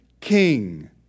king